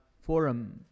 Forum